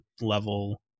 level